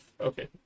okay